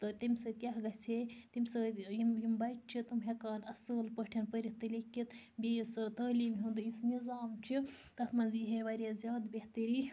تہٕ تٔمۍ سۭتۍ کیٛاہ گژھِ ہے تٔمۍ سۭتۍ یِم یِم بَچہٕ چھِ تم ہٮ۪کٕہَن اصل پٲٹھۍ پٔرِتھ تہِ لیٚکِتھ بیٚیہِ یُس سُہ تعلیٖم ہُنٛد یُس نِظام چھِ تَتھ منٛز یی ہے واریاہ زیادٕ بہتری